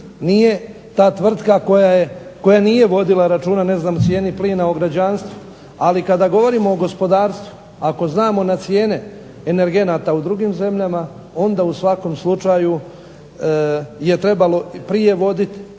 nije ta tvrtka koja nije vodila računa ne znam o cijeni plina o građanstvu. Ali kada govorimo o gospodarstvu ako znamo na cijene energenata u drugim zemljama onda u svakom slučaju je trebalo prije vodit